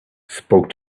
spoke